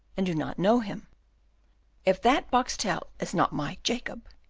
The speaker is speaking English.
and do not know him if that boxtel is not my jacob,